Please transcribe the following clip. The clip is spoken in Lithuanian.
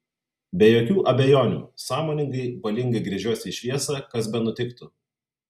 be jokių abejonių sąmoningai valingai gręžiuosi į šviesą kas benutiktų